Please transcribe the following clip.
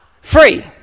free